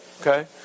Okay